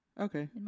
Okay